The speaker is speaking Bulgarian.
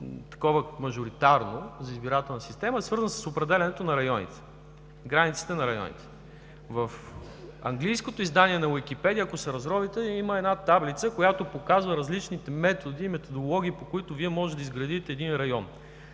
което е мажоритарно за избирателна система, е свързан с определянето на границите на районите. В английското издание на Уикипедия, ако се разровите, има таблица, която показва различните методи и методологии, по които Вие може да изградите един район.